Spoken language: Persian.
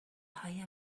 های